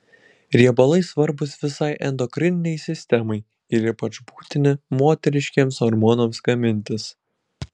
riebalai svarbūs visai endokrininei sistemai ir ypač būtini moteriškiems hormonams gamintis